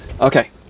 okay